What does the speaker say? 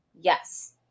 Yes